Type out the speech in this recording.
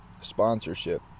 Sponsorship